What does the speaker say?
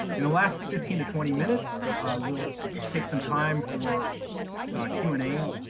in the last fifteen to twenty minutes we'll take some time for q and a,